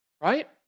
right